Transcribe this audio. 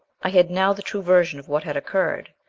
i had now the true version of what had occurred.